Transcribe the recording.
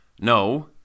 No